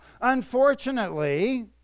Unfortunately